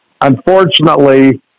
unfortunately